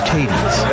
Katie's